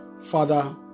Father